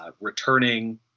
returning